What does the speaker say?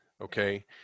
okay